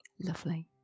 lovely